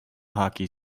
hockey